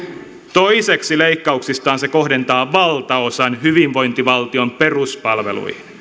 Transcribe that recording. toiseksi leikkauksistaan se kohdentaa valtaosan hyvinvointivaltion peruspalveluihin